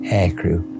aircrew